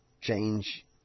change